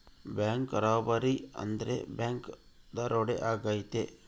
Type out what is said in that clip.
bank robbery ಅಂದ್ರೆ bank ದರೋಡೆ ಆಗೈತೆ